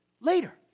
later